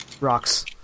rocks